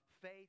faith